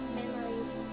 memories